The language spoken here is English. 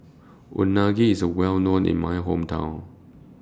Unagi IS Well known in My Hometown